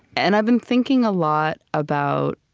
and i've been thinking a lot about,